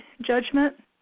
judgment